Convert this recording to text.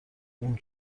اون